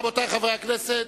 רבותי חברי הכנסת,